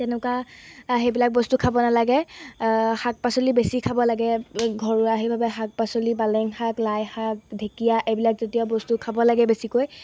তেনেকুৱা সেইবিলাক বস্তু খাব নালাগে শাক পাচলি বেছি খাব লাগে ঘৰুৱা সেই বাবে শাক পাচলি পালেং শাক লাই শাক ঢেকীয়া এইবিলাক জাতীয় বস্তু খাব লাগে বেছিকৈ